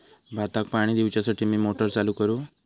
भाताक पाणी दिवच्यासाठी मी मोटर चालू करू?